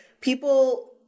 people